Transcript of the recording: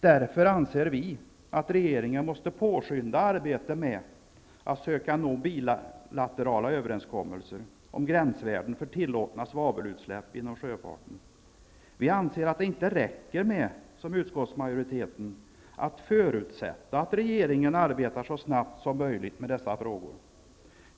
Vi anser därför att regeringen måste påskynda arbetet med att söka nå bilaterala överenskommelser om gränsvärden för tillåtna svavelutsläpp inom sjöfarten. Vi anser inte, som utskottsmajoriteten gör, att det räcker med att förutsätta att regeringen arbetar så snabbt som möjligt med dessa frågor.